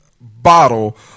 bottle